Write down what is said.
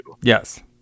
Yes